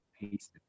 paste